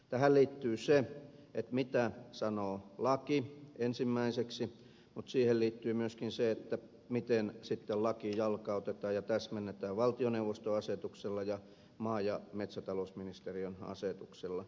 tähän liittyy se mitä sanoo laki ensimmäiseksi mutta siihen liittyy myöskin se miten sitten laki jalkautetaan ja täsmennetään valtioneuvoston asetuksella ja maa ja metsätalousministeriön asetuksella